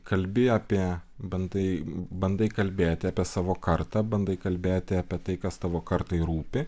kalbi apie bandai bandai kalbėti apie savo kartą bandai kalbėti apie tai kas tavo kartai rūpi